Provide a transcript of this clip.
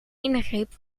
ingreep